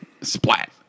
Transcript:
Splat